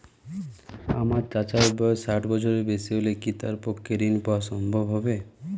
আমার চাচার বয়স ষাট বছরের বেশি হলে কি তার পক্ষে ঋণ পাওয়া সম্ভব হবে?